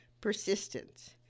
Persistence